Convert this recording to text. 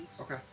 okay